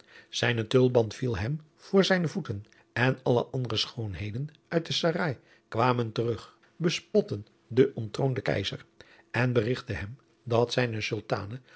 zijne tulband viel hem voor zijue voeten en alle andere schoonheden uit het serail kwamen terug bespotten den onttroonden keizer en berigtten hem dat zijne